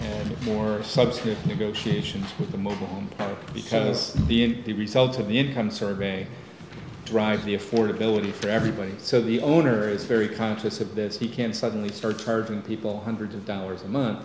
and more substantive negotiations with the mobile home because being the result of the income survey drive the affordability for everybody so the owner is very conscious of this he can't suddenly start charging people hundreds of dollars a month